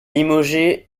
limogé